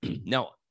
now